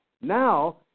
Now